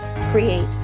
create